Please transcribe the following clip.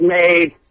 made